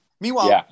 meanwhile